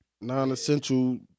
non-essential